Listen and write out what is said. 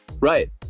right